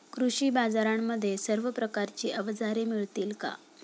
कृषी बाजारांमध्ये सर्व प्रकारची अवजारे मिळतील का?